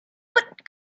what